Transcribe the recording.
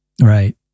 Right